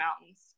mountains